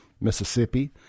Mississippi